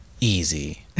easy